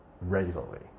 regularly